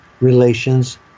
relations